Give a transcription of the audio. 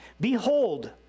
behold